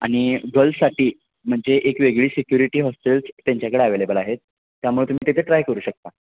आणि गर्ल्ससाठी म्हणजे एक वेगळी सिक्युरिटी हॉस्टेल्स त्यांच्याकडे अवेलेबल आहेत त्यामुळे तुम्ही ते ते ट्राय करू शकता